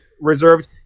reserved